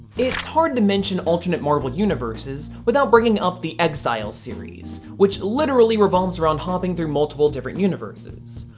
it's hard to mention alternate marvel universes without bringing up the exiles series which literally revolves around hopping through multiple different universes.